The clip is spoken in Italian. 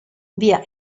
via